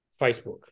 facebook